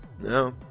No